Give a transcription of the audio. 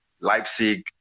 Leipzig